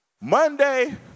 Monday